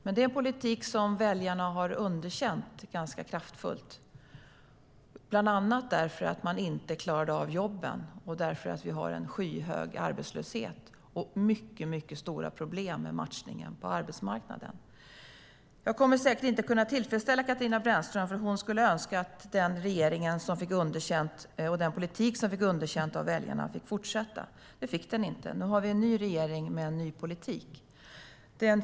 Men det är en politik som väljarna har underkänt ganska kraftfullt, bland annat därför att man inte klarade av jobben och därför att vi har en skyhög arbetslöshet och mycket stora problem med matchningen på arbetsmarknaden. Jag kommer säkert inte att kunna tillfredsställa Katarina Brännström eftersom hon skulle önska att den regering och den politik som fick underkänt av väljarna fick fortsätta. Men den regeringen fick inte fortsätta. Nu har vi en ny regering med en ny politik.